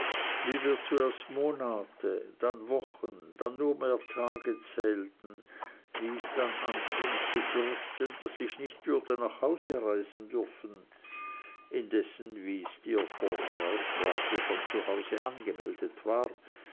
wie wir zuerst monate dann wochen und dann nur mehr tage zählten wie ich dann anfing zu fürchten daß ich nicht würde nach hause reisen dürfen indessen wie steerforth herausbrachte schon zu hause angemeldet war